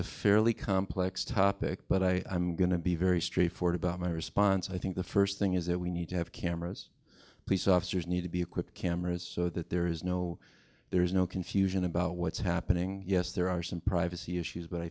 a fairly complex topic but i'm going to be very straightforward about my response i think the first thing is that we need to have cameras police officers need to be equipped cameras so that there is no there's no confusion about what's happening yes there are some privacy issues but i